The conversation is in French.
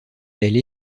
elle